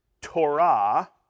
Torah